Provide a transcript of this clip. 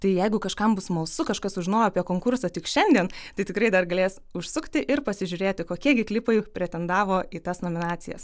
tai jeigu kažkam bus smalsu kažkas sužinojo apie konkursą tik šiandien tai tikrai dar galės užsukti ir pasižiūrėti kokie gi klipai pretendavo į tas nominacijas